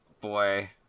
Boy